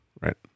right